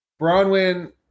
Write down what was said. Bronwyn